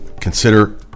Consider